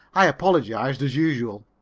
i apologized, as usual.